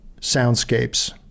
soundscapes